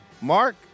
Mark